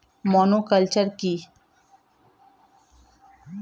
Monoculture কি?